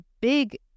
big